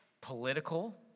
political